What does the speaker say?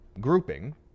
grouping